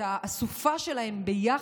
את האסופה שלהם ביחד,